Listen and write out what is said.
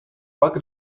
pluck